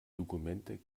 dokumente